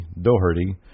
Doherty